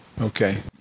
Okay